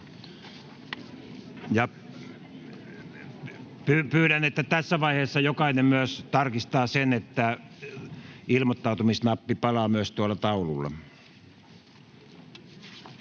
Pyydän, että tässä vaiheessa jokainen myös tarkistaa sen, että ilmoittautumisnappi palaa myös tuolla taululla.